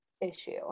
issue